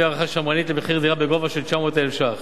לפי הערכה שמרנית למחיר דירה בגובה 900,000 ש"ח.